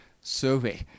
survey